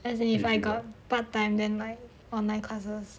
as in if I got part time then like online classes